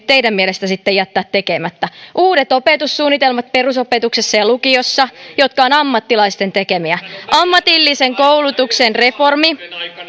teidän mielestänne jättää tekemättä uudet opetussuunnitelmat perusopetuksessa ja lukiossa jotka ovat ammattilaisten tekemiä ammatillisen koulutuksen reformi